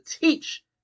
teach